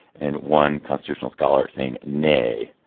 and one constitutional scholar saying nay.